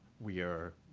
we are